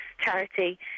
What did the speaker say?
charity